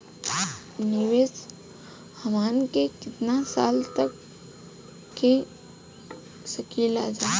निवेश हमहन के कितना साल तक के सकीलाजा?